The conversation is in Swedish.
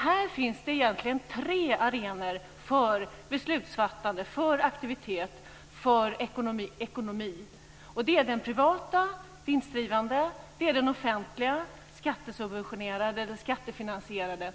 Här finns det egentligen tre arenor för beslutsfattande, för aktivitet och för ekonomi: den privata, vinstdrivande, den offentliga, skattefinansierade